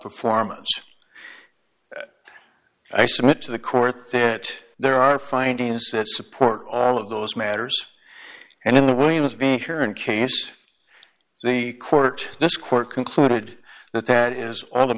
performance i submit to the court that there are findings that support all of those matters and in the williams being here in case the court this court concluded that that is